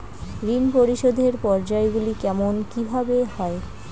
ঋণ পরিশোধের পর্যায়গুলি কেমন কিভাবে হয়?